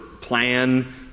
plan